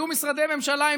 היו משרדי ממשלה,